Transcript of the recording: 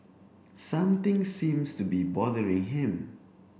something seems to be bothering him